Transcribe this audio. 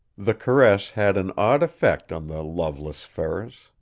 the caress had an odd effect on the loveless ferris.